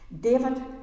David